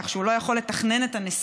כך שהוא לא יכול לתכנן את הנסיעה,